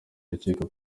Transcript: urukiko